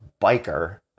biker